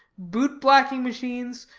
boot-blacking machines,